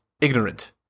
ignorant